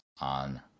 on